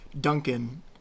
Duncan